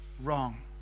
wrong